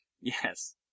Yes